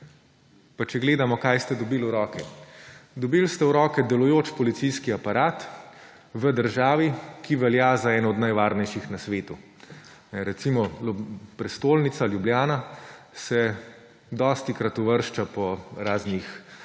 Pa če pogledamo, kaj ste dobili v roke. Dobili ste v roke delujoč policijski aparat v državi, ki velja za eno najvarnejših na svetu. Recimo, prestolnica Ljubljana se dostikrat uvršča po raznih